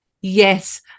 yes